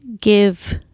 give